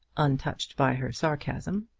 untouched by her sarcasm.